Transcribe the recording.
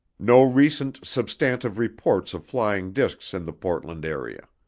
no recent substantive reports of flying discs in the portland area.